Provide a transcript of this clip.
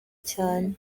cyane